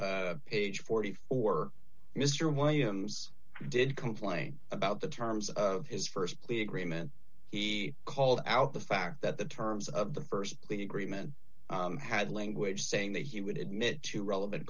urbs age forty four mr williams did complain about the terms of his st plea agreement he called out the fact that the terms of the st plea agreement had language saying that he would admit to relevant